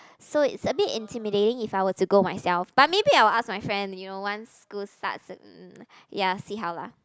so it's a bit intimating if I were to go myself but maybe I will ask my friend you know once school starts mm ya see how lah